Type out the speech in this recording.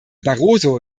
barroso